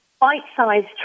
bite-sized